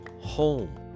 home